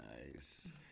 nice